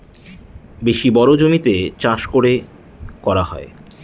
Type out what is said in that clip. বেশি বড়ো জমিতে চাষ করে করা হয়